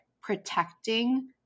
protecting